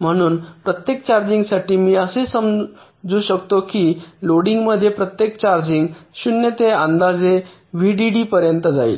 म्हणून प्रत्येक चार्जिंगसाठी मी असे म्हणू शकतो की लोडिंगमध्ये प्रत्येक चार्जिंग 0 ते अंदाजे व्हीडीडीपर्यंत जाईल